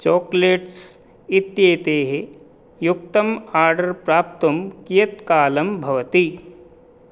chocolates इत्येतेः युक्तम् order प्राप्तुं कियत् कालं भवति